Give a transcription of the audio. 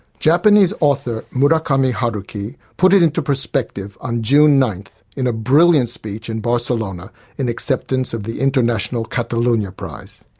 japanese author murakami haruki put it into perspective on june ninth in a brilliant speech in barcelona in acceptance of the international catalunya prize.